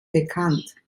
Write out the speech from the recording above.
bekannt